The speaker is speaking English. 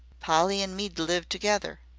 polly an' me d live together.